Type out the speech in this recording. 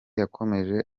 yakomeje